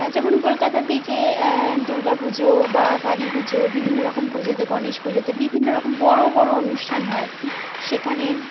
যেমন কলকাতার দিকে দুর্গা পুজো বা কালী পুজো বিভিন্ন রকম পুজোতে গণেশ পুজোতে বিভিন্ন রকম বড়ো বড়ো অনুষ্ঠান হয় সেখানে